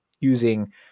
using